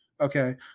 Okay